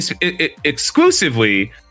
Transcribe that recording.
exclusively